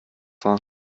war